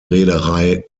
reederei